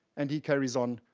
and he carries on,